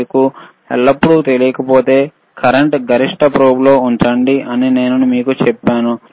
మీకు తెలియకపోతే ఎల్లప్పుడూ కరెంట్ గరిష్ట ప్రోబ్లో ఉంచండి అని నేను మీకు చెప్పాను